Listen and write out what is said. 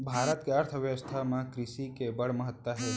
भारत के अर्थबेवस्था म कृसि के बड़ महत्ता हे